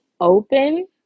open